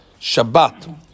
Shabbat